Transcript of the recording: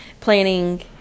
planning